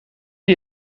aan